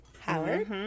Howard